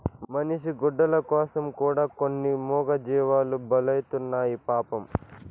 మనిషి గుడ్డల కోసం కూడా కొన్ని మూగజీవాలు బలైతున్నాయి పాపం